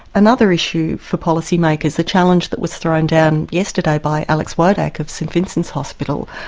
another issue for policymakers, the challenge that was thrown down yesterday by alex wodak of st vincent's hospital,